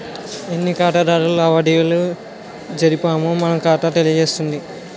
ఎన్ని ఖాతాదారులతో లావాదేవీలు జరిపామో మన ఖాతా తెలియజేస్తుంది